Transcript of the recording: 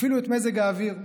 אפילו את מזג האוויר.